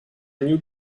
new